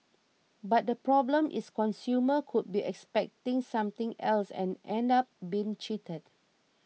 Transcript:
but the problem is consumers could be expecting something else and end up being cheated